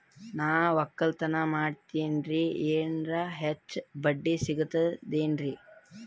ನಾ ಒಕ್ಕಲತನ ಮಾಡತೆನ್ರಿ ಎನೆರ ಹೆಚ್ಚ ಬಡ್ಡಿ ಸಿಗತದೇನು?